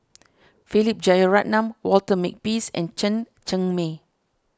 Philip Jeyaretnam Walter Makepeace and Chen Cheng Mei